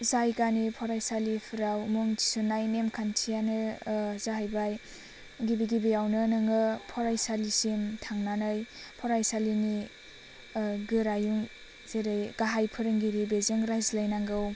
जायगानि फरायसालिफ्राव मुं थिसन्नाय नेम खान्थियानो जाहैबाय गिबि गिबियावनो नोङो फरायसालिसिम थांनानै फरायसालिनि गोरायुं जेरै गाहाय फोरोंगिरि बेजों रायज्लायनांगौ